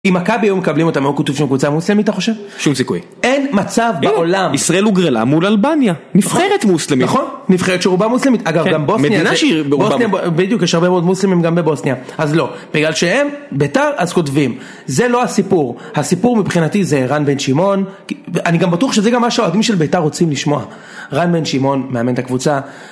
אם מכבי היו מקבלים אותם, הם היו כותבים של קבוצה מוסלמית אתה חושב? שום סיכוי. אין מצב בעולם. ישראל הוגרלה מול אלבניה. נבחרת מוסלמית. נכון, נבחרת שרובה מוסלמית. אגב, גם בוסניה, בדיוק יש הרבה מאוד מוסלמים גם בבוסניה. אז לא, בגלל שהם, ביתר, אז כותבים. זה לא הסיפור. הסיפור מבחינתי זה רן בן שמעון, אני גם בטוח שזה גם משהו האדומים של ביתר רוצים לשמוע. רן בן שמעון, מאמן את הקבוצה.